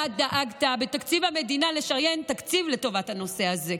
אתה דאגת בתקציב המדינה לשריין תקציב לטובת הנושא הזה,